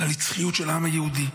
לנצחיות של העם היהודי.